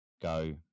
go